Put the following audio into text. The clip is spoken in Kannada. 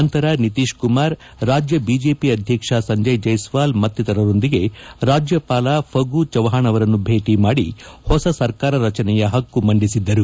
ನಂತರ ನಿತೀಶ್ ಕುಮಾರ್ ರಾಜ್ಯ ಬಿಜೆಪಿ ಅಧ್ಯಕ್ಷ ಸಂಜಯ್ ಜೈಸ್ವಾಲ್ ಮತ್ತಿತರರೊಂದಿಗೆ ರಾಜ್ಯಪಾಲ ಫಗು ಚೌಹಾಣ್ ಅವರನ್ನು ಭೇಟಿ ಮಾಡಿ ಹೊಸ ಸರ್ಕಾರ ರಚನೆಯ ಹಕ್ಕು ಮಂಡಿಸಿದ್ದರು